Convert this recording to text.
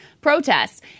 protests